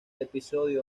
episodio